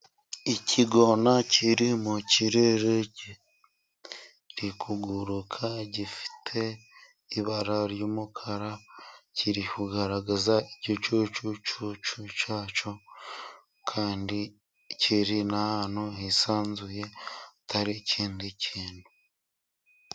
Ikigona kiri mu kirere. Kiri kuguruka, gifite ibara ry'umukara. Kiri kugaragaza igicucucucu cyacyo, kandi kiri n'ahantu hisanzuye hatari ikindi kintu.